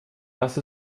lass